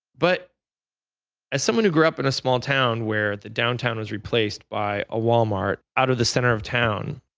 but as someone who grew up in a small town where the downtown was replaced by a walmart out of the center of town,